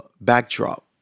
backdrop